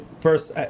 first